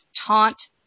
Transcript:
Taunt